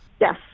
yes